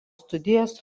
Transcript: studijas